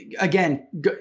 again